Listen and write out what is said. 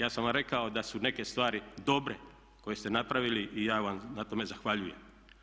Ja sam vam rekao da su neke stvari dobre koje ste napravili i ja vam na tome zahvaljujem.